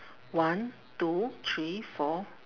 one two three four